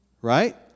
Right